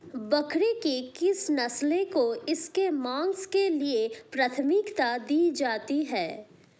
बकरी की किस नस्ल को इसके मांस के लिए प्राथमिकता दी जाती है?